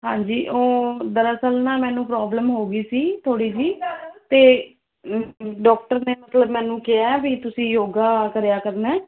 ਹਾਂਜੀ ਉਹ ਦਰਅਸਲ ਨਾ ਮੈਨੂੰ ਪ੍ਰੋਬਲਮ ਹੋਗੀ ਸੀ ਥੋੜ੍ਹੀ ਜੀ ਅਤੇ ਡੋਕਟਰ ਨੇ ਮੈਨੂੰ ਕਿਹਾ ਵੀ ਤੁਸੀਂ ਯੋਗਾ ਕਰਿਆ ਕਰਨਾ